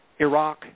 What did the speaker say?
Iraq